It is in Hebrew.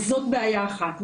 אז זאת בעיה אחת.